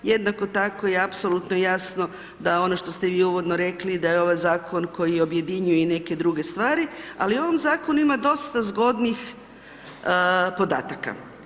Jednako tako je apsolutno jasno da ono što ste vi uvodno rekli da je ovo zakon koji objedinjuje i neke druge stvari, ali u ovom zakonu ima dosta zgodnih podataka.